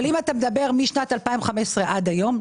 אבל אם אתה מדבר משנת 2015 עד היום,